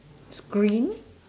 screen